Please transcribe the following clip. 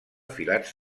filats